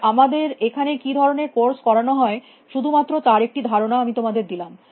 আর আমাদের এখানে কী ধরনের কোর্স করানো হয় শুধুমাত্র তার একটি ধারণা আমি তোমাদের দিলাম